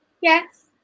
yes